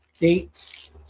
dates